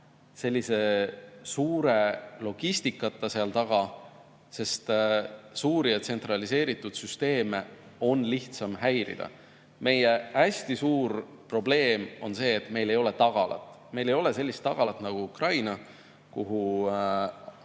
ilma suure logistikata seal taga. Suuri tsentraliseeritud süsteeme on lihtsam häirida. Meie hästi suur probleem on see, et meil ei ole tagalat. Meil ei ole sellist tagalat nagu Ukrainal, kuhu